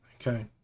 Okay